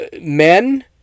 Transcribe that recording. Men